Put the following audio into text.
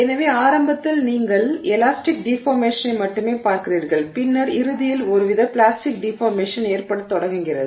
எனவே ஆரம்பத்தில் நீங்கள் எலாஸ்டிக் டிஃபார்மேஷனை மட்டுமே பார்க்கிறீர்கள் பின்னர் இறுதியில் ஒருவித பிளாஸ்டிக் டிஃபார்மேஷன் ஏற்படத் தொடங்குகிறது